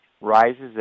rises